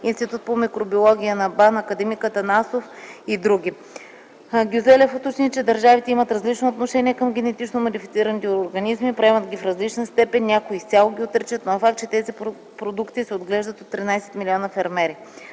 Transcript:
Института по микробиология на БАН, акад. Атанасов и други. Гюзелев уточни, че държавите имат различно отношение към генетично модифицираните организми, приемат ги в различна степен, някои изцяло ги отричат, но е факт, че тези продукти се отглеждат от 13 млн. фермери.